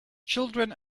children